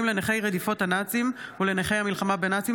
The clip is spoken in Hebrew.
ילדים נפגעי עבירת המתה בדירת המשפחה,